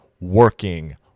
working